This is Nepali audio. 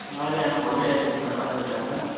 होइन होइन भोलि आइदिन्छु अब अहिले भ्याउँदैन